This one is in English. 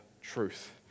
truth